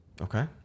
okay